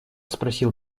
спросил